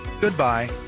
Goodbye